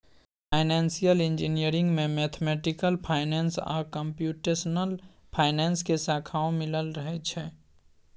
financial engineering में mathematical finance आ computational finance के शाखाओं मिलल रहइ छइ